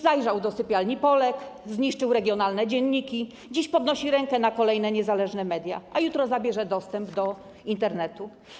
Zajrzał już do sypialni Polek, zniszczył regionalne dzienniki, dziś podnosi rękę na kolejne niezależne media, a jutro zabierze nam dostęp do Internetu.